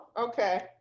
okay